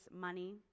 money